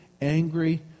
Angry